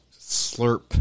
slurp